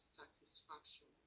satisfaction